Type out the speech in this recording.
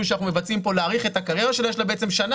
שאנחנו מבצעים כאן היא רוצה להאריך את הקריירה שלה יש לה בעצם שנה